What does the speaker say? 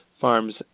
farms